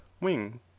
wing